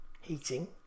heating